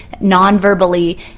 non-verbally